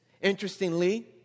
interestingly